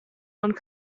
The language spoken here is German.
und